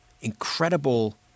incredible